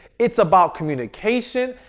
it's about communication.